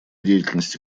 деятельности